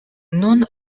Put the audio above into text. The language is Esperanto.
nun